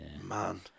man